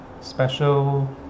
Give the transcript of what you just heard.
special